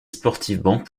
sportivement